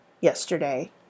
yesterday